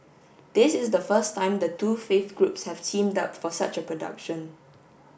this is the first time the two faith groups have teamed up for such a production